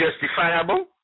justifiable